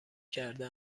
کرده